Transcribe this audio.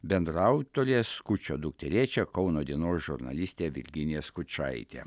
bendraautorė skučo dukterėčia kauno dienos žurnalistė virginija skučaitė